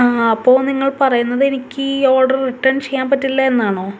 ആ അപ്പോൾ നിങ്ങൾ പറയുന്നത് എനിക്കീ ഓഡറ് റിട്ടേൺ ചെയ്യാൻ പറ്റില്ല എന്നാണോ